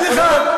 סליחה.